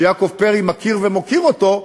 ויעקב פרי מכיר ומוקיר אותו,